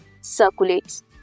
circulates